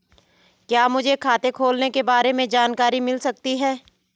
क्या मुझे खाते खोलने के बारे में जानकारी मिल सकती है?